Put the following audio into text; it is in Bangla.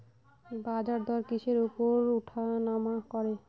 বাজারদর কিসের উপর উঠানামা করে?